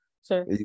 sir